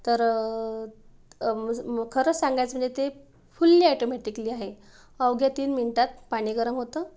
तर खरं सांगायचं म्हणजे ते फुल्ली ऑटोमॅटिकली आहे अवघ्या तीन मिनटात पाणी गरम होतं